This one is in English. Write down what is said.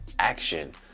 action